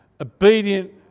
obedient